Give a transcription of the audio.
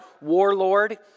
warlord